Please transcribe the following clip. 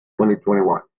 2021